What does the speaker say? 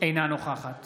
אינה נוכחת